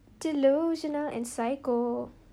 delusional and psycho